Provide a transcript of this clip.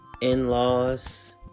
In-laws